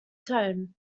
tone